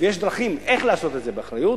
יש דרכים לעשות את זה באחריות.